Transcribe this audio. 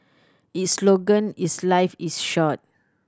its slogan is Life is short